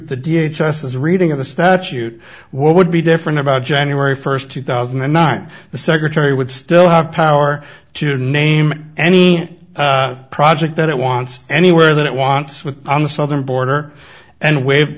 the d h s s reading of the statute what would be different about january first two thousand and nine the secretary would still have power to name any project that it wants anywhere that it wants with on the southern border and waive